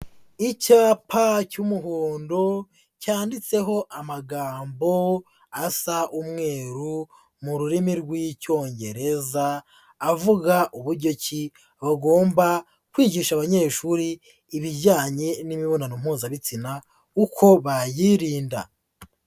Icyapa cy'umuhondo cyanditseho amagambo asa umweru mu rurimi rw'icyongereza, avuga uburyo ki bagomba kwigisha abanyeshuri ibijyanye n'imibonano mpuzabitsina uko bayirinda.